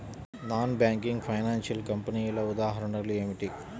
Non banking financial కంపెనీల ఉదాహరణలు ఏమిటి?